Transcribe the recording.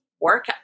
work